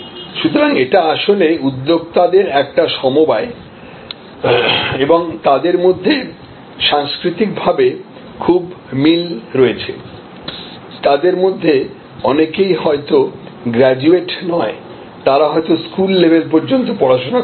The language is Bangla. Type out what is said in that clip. সুতরাং এটি আসলে উদ্যোক্তাদের একটি সমবায় এবং তাদের মধ্যে সাংস্কৃতিকভাবে খুব মিল রয়েছে তাদের মধ্যে অনেকেই হয়তো গ্রাজুয়েট নয় তারা হয়তো স্কুল লেভেল পর্যন্ত পড়াশোনা করেছে